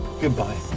goodbye